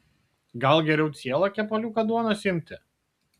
gal geriau cielą kepaliuką duonos imti